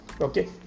okay